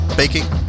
baking